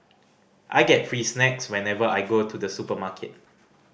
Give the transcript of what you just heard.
I get free snacks whenever I go to the supermarket